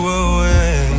away